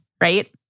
right